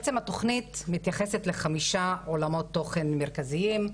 התוכנית מתייחסת לחמישה עולמות תוכן מרכזיים,